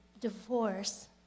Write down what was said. divorce